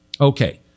Okay